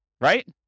Right